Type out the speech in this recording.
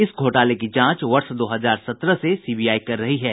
इस घोटाले की जांच वर्ष दो हजार सत्रह से सीबीआई कर रही है